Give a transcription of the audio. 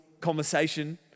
conversation